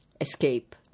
escape